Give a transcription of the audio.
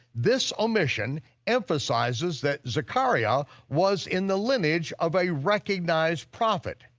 this omission emphasizes that zecharyah was in the lineage of a recognized prophet.